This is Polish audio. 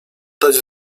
dać